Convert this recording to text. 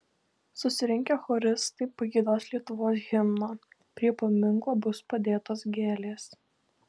susirinkę choristai pagiedos lietuvos himną prie paminklo bus padėtos gėlės